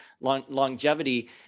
longevity